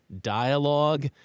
dialogue